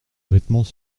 vêtements